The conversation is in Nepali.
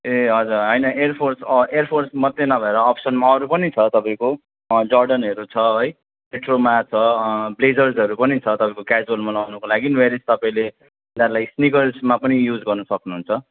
ए हजुर होइन एयरफोर्स अँ एयरफोर्स मात्रै नभएर अपसनमा अरू पनि छ तपाईँको जोर्डनहरू छ है पेड्रोमा छ ब्लेजर्सहरू पनि छ तपाईँको क्याजुयलमा लाउनुको लागि वेयरयएज तपाईँले तिनीहरूलाई स्निकर्समा पनि युज गर्नु सक्नुहुन्छ